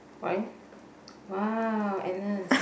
why !wow! Agnes